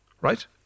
right